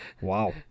Wow